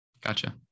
Gotcha